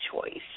choice